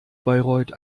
bayreuth